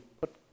put